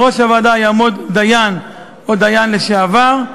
בראש הוועדה יעמוד דיין או דיין לשעבר,